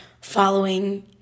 following